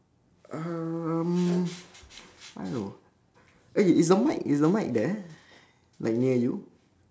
um I don't know eh is the mic is the mic there like near you